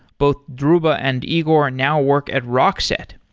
both dhruba and igor now work at rockset.